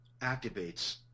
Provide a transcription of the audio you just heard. activates